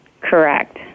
Correct